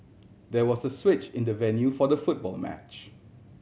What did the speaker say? there was a switch in the venue for the football match